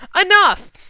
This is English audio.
Enough